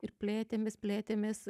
ir plėtėmės plėtėmės